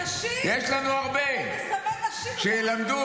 נשים, הוא מסמן נשים,